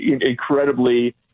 incredibly